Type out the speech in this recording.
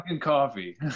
coffee